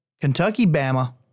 Kentucky-Bama